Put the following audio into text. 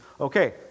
Okay